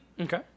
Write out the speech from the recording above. Okay